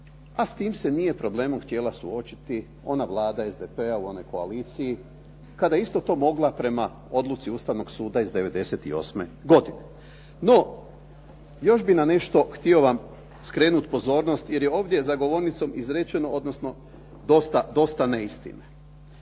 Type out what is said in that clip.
a s time se problemom nije htjela suočiti ona Vlada SDP-a u onoj koaliciji kada je isto to mogla prema Odluci Ustavnog suda iz '98. godine. No, još bih na nešto htio vam skrenuti pozornost jer je ovdje za govornicom izrečeno odnosno dosta neistine.